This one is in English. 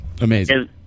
Amazing